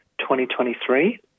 2023